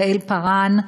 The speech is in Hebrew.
יעל פארן,